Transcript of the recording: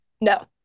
no